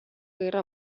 guerra